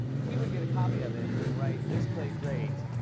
he would get a copy of it and write, this played great.